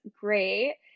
great